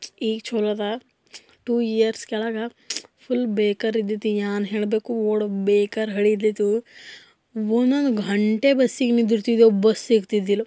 ಈಗ ಚಲೋ ಇದೆ ಟು ಇಯರ್ಸ್ ಕೆಳಗೆ ಫುಲ್ ಬೇಕಾರ ಇದ್ದಿತ್ತು ಏನು ಹೇಳ್ಬೇಕು ಓಡ್ ಬೇಕಾರ ಹಡಿ ಇದ್ದಿತ್ತು ಒಂದೊಂದು ಗಂಟೆ ಬಸ್ಸಿಗೆ ನಿಂತಿರ್ತಿದ್ದೇವು ಬಸ್ ಸಿಗ್ತಿದ್ದಿಲ್ಲ